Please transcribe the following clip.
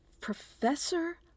Professor